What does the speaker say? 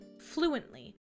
fluently